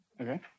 Okay